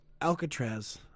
Alcatraz